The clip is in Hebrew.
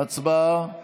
הצבעה.